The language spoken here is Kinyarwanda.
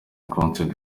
concert